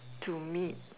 to meet